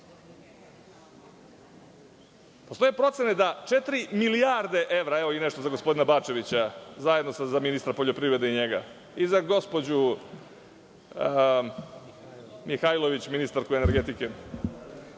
Postoje procene da četiri milijarde evra, evo nešto i za gospodina Bačevića, zajedno za ministra poljoprivrede i njega i za gospođu Mihajlović, ministarku energetike,